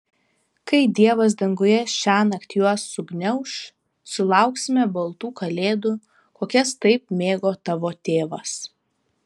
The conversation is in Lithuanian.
kai dievas danguje šiąnakt juos sugniauš sulauksime baltų kalėdų kokias taip mėgo tavo tėvas